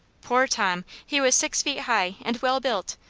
poor tom! he was six feet high and well built,